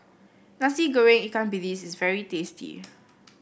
Nasi Goreng Ikan Bilis is very tasty